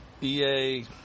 EA